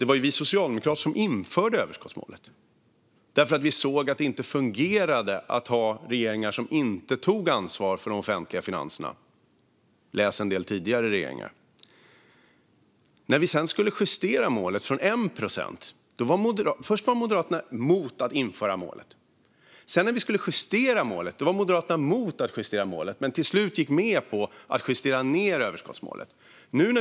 Det var ju vi socialdemokrater som införde överskottsmålet därför att vi såg att det inte fungerade att ha regeringar som inte tog ansvar för de offentliga finanserna - jag syftar på en del tidigare regeringar. Först var Moderaterna emot att införa målet. När vi sedan skulle justera målet från 1 procent var Moderaterna emot detta, men de gick till slut med på att justera ned överskottsmålet.